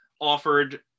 offered